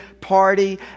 party